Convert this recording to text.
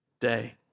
day